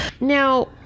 Now